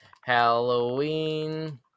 Halloween